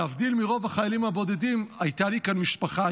להבדיל מרוב החיילים הבודדים הייתה לי כאן משפחה,